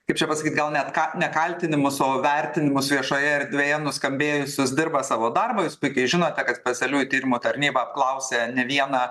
kaip čia pasakyt gal net ką ne kaltinimus o vertinimus viešoje erdvėje nuskambėjusius dirba savo darbą jūs puikiai žinote kad specialiųjų tyrimų tarnyba apklausė ne vieną